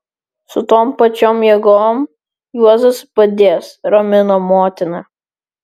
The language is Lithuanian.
su tom pačiom jėgom juozas padės ramino motina